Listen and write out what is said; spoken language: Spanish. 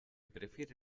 prefiere